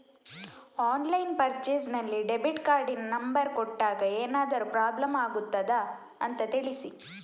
Online purchase ನಲ್ಲಿ debit ಕಾರ್ಡಿನ number ಕೊಟ್ಟಾಗ ಏನಾದರೂ ಪ್ರಾಬ್ಲಮ್ ಆಗುತ್ತದ ಅಂತ ತಿಳಿಸಿ?